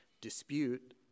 dispute